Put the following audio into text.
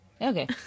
Okay